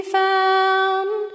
found